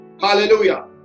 Hallelujah